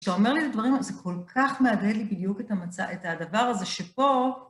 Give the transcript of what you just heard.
כשאתה אומר לי את הדברים האלה, זה כל כך מהדהד לי בדיוק את הדבר הזה שפה...